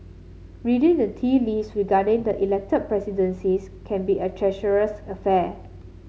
reading the tea leaves regarded the Elected Presidencies can be a treacherous affair